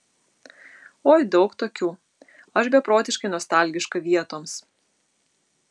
oi daug tokių aš beprotiškai nostalgiška vietoms